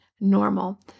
normal